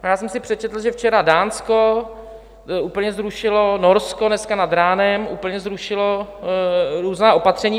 Já jsem si přečetl, že včera Dánsko úplně zrušilo, Norsko dneska nad ránem úplně zrušilo různá opatření.